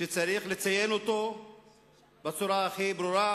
שצריך לציין אותו בצורה הכי ברורה,